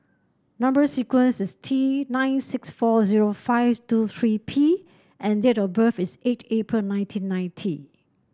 number sequence is T nine six four zero five two three P and date of birth is eight April nineteen ninety